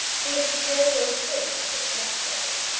he was prepared for a spring if it was necessary.